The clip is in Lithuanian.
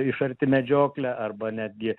iš arti medžioklę arba netgi